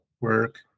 work